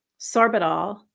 sorbitol